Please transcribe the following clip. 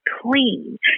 clean